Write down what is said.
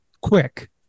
quick